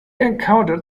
encountered